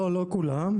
לא כולם,